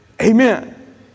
Amen